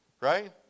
Right